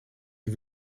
die